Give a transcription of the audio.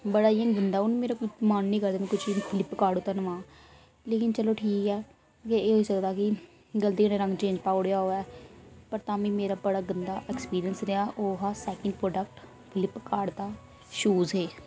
बड़ा इ'यां गंदा हून मेरा मन नि करदा में कुछ बी फ्लिपकार्ट उप्पर नोआंऽ लेकिन चलो ठीक ऐ एह् होई सकदा कि गलती ने रंग चेंज पाई ओड़ेआ होऐ पर ताम्मीं मेरा गंदा ऐक्सपीरियंस रेहा ओह् हा सैकंड प्रोडक्ट फ्लिपकार्ट दा शूज हे